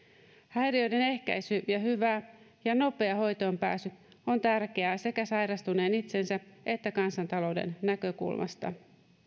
häiriöiden ehkäisy ja hyvä ja nopea hoitoonpääsy on tärkeää sekä sairastuneen itsensä että kansantalouden näkökulmasta